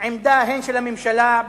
עמדה של הממשלה,